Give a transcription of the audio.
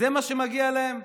זה מה שמגיע להם?